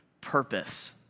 purpose